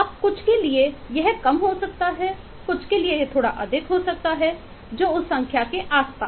अब कुछ के लिए यह कम हो सकता है कुछ के लिए थोड़ा अधिक हो सकता है जो उस संख्या के आसपास हो